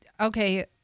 Okay